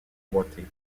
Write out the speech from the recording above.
boiter